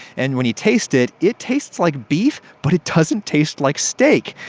and when you taste it it tastes like beef, but it doesn't taste like steak.